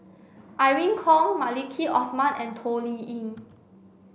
Irene Khong Maliki Osman and Toh Liying